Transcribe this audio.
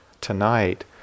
tonight